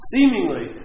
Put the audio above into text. Seemingly